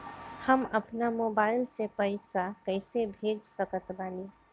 हम अपना मोबाइल से पैसा कैसे भेज सकत बानी?